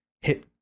hit